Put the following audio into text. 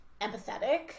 empathetic